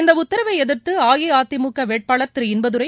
இந்த உத்தரவை எதிர்த்து அஇஅதிமுக வேட்பாளர் திரு இன்பதுரை